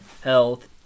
health